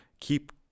keep